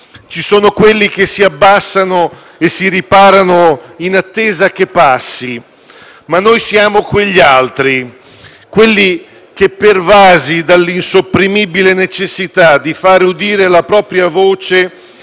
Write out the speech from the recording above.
ci sono quelli che si abbassano e si riparano in attesa che passi. Ma noi siamo quegli altri, quelli che, pervasi dall'insopprimibile necessità di far udire la propria voce,